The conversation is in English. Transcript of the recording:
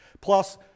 Plus